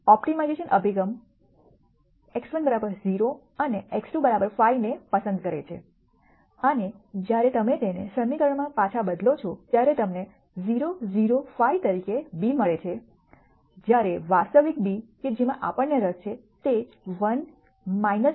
25 optimisation અભિગમ x1 0 અને x2 5 ને પસંદ કરે છે અને જ્યારે તમે તેને સમીકરણમાં પાછો બદલો ત્યારે તમને 0 0 5 તરીકે b મળે છે જ્યારે વાસ્તવિક b કે જેમાં આપણને રસ છે તે 1 0